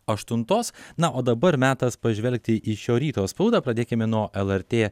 aštuntos na o dabar metas pažvelgti į šio ryto spaudą pradėkime nuo lrt